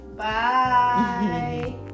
Bye